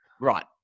right